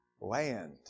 land